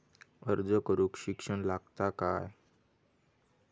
अर्ज करूक शिक्षण लागता काय?